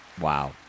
Wow